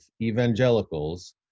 evangelicals